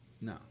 No